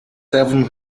seven